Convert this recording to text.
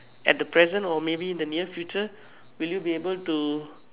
at the present or maybe in the near future will you be able to